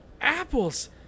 Apples